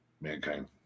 Mankind